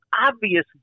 obvious